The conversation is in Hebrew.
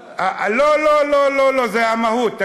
לא, לא, לא, זה המהות.